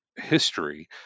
history